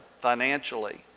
financially